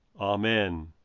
Amen